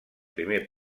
primer